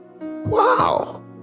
wow